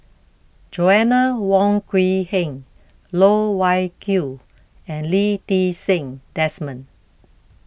Joanna Wong Quee Heng Loh Wai Kiew and Lee Ti Seng Desmond